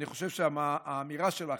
אני חושב שהאמירה שלך,